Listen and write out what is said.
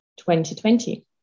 2020